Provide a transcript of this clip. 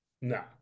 No